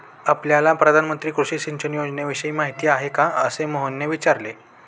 आपल्याला प्रधानमंत्री कृषी सिंचन योजनेविषयी माहिती आहे का? असे मोहनने विचारले